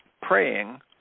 praying